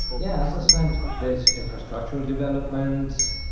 yeah as i said there is infrastructural development,